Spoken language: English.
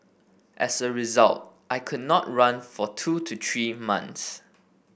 as a result I could not run for two to three months